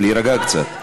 להירגע קצת.